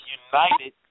united